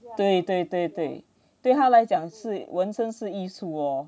对对对对对他来讲是纹身是艺术喔